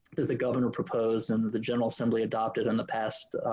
the the governor proposed under the general assembly adopted in the past